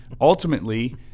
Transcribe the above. ultimately